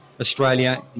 Australia